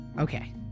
Okay